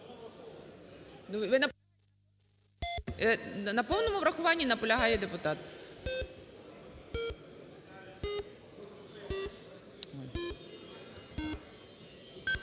На повному врахуванні наполягає депутат.